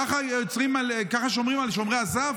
ככה שומרים על שומרי הסף,